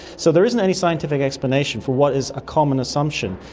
so there isn't any scientific explanation for what is a common assumption.